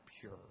pure